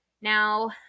Now